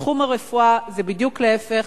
בתחום הרפואה זה בדיוק להיפך,